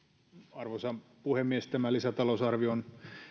arvoisa puhemies tämä lisätalousarvio on